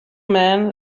man